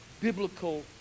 biblical